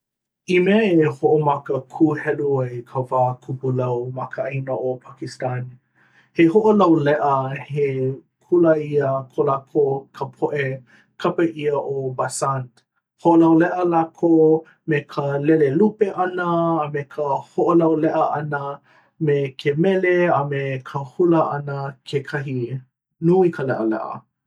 I mea e hoʻomaka kūhelu ai ka wā kupulau ma ka ʻāina ʻo pakistan he hoʻolauleʻa he kulāia ko lākou ka poʻe kapa ʻia ʻo basant hoʻolauleʻa lākou me ka lele lupe ʻana a me ka hoʻolauleʻa ʻana me ke mele a me ka hula ʻana kekahi. Nui ka leʻaleʻa.